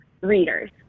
readers